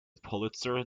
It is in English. pulitzer